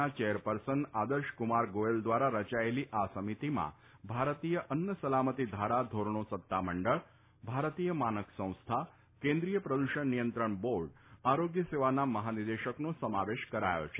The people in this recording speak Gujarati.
ના ચેરપર્સન આદર્શકુમાર ગોયલ દ્વારા રચાયેલી આ સમિતિમાં ભારતીય અન્ન સલામતી ધારા ધોરણો સત્તામંડળ ભારતીય માનક સંસ્થા કેન્દ્રિય પ્રદૂષણ નિયંત્રણ બોર્ડ આરોગ્ય સેવાના મહાનિદેશકનો સમાવેશ કરાયો છે